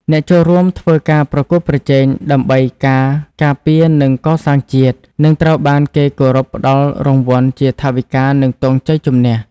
អ្នកចូលរួមធ្វើការប្រកួតប្រជែង ដើម្បីការ ការពារ និង កសាងជាតិ នឹងត្រូវបានគេគោរពផ្តល់រង្វាន់ជាថវិការនិងទង់ជ័យជំនះ។